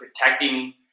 protecting